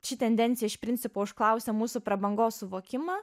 ši tendencija iš principo užklausia mūsų prabangos suvokimą